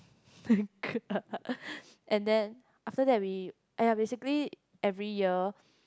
and then after that we !aiya! basically every year